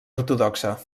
ortodoxa